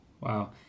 wow